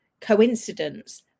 coincidence